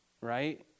right